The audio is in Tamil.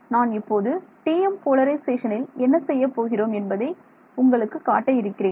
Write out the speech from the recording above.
நான் இப்போது TM போலரைசேஷனில் என்ன செய்யப்போகிறோம் என்பதை உங்களுக்கு காட்ட இருக்கிறேன்